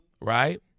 right